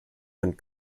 and